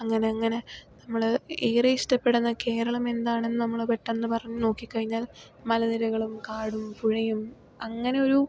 അങ്ങനെ അങ്ങനെ നമ്മള് ഏറെ ഇഷ്ടപെടുന്ന കേരളം എന്താണെന്ന് നമ്മള് പെട്ടന്ന് പറഞ്ഞു നോക്കിക്കഴിഞ്ഞാൽ മല നിരകളും കാടും പുഴയും അങ്ങനെയൊരു